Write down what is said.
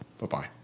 Bye-bye